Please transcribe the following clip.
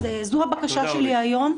אז זו הבקשה שלי היום,